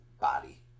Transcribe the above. body